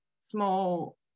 small